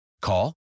Call